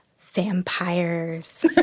Vampires